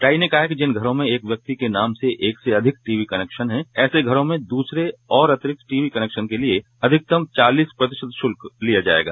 try ने कहा कि जिन घरों में एक व्यक्ति के नाम से एक से अधिक टीवी कनेक्शन हैं ऐसे घरों में दूसरे और अतिरिक्त टीवी कनेक्शन के लिए अधिकतम चालीस प्रतिशत शुल्क लिया जाएगा